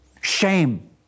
shame